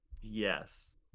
Yes